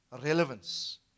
relevance